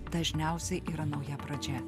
dažniausiai yra nauja pradžia